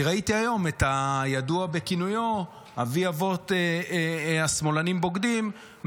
כי ראיתי היום את הידוע בכינויו אבי אבות ה"שמאלנים בוגדים",